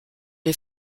les